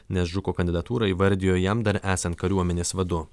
nes žuko kandidatūrą įvardijo jam dar esant kariuomenės vadu